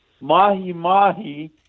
mahi-mahi